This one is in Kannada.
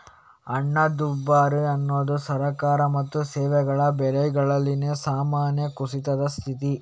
ಹಣದುಬ್ಬರ ಅನ್ನುದು ಸರಕು ಮತ್ತು ಸೇವೆಗಳ ಬೆಲೆಗಳಲ್ಲಿನ ಸಾಮಾನ್ಯ ಕುಸಿತದ ಸ್ಥಿತಿ